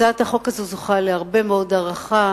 הצעת החוק הזאת זוכה להרבה מאוד הערכה.